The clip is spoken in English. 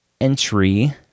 entry